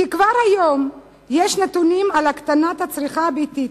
כי כבר היום יש נתונים על הקטנת הצריכה הביתית,